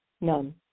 None